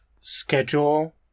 schedule